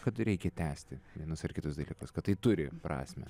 kad reikia tęsti vienus ar kitus dalykus kad tai turi prasmę